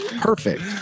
Perfect